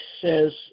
says